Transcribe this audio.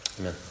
Amen